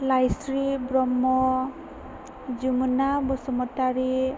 Laisri Brahma Jamuna Basumatary